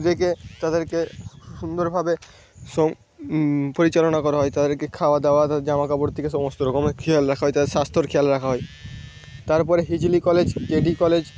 রেখে তাদেরকে সুন্দরভাবে সব পরিচালনা করা হয় তাদেরকে খাওয়াদাওয়া জামাকাপড় থেকে সমস্ত রকমের খেয়াল রাখা তাদের স্বাস্থ্যের খেয়াল রাখা হয় তারপরে হিজলি কলেজ কেডি কলেজ